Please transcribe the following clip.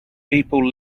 people